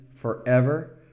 forever